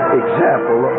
example